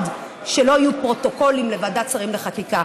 שלא יהיו פרוטוקולים לוועדת שרים לחקיקה.